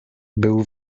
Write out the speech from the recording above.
był